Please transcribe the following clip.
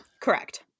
Correct